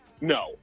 No